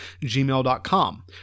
gmail.com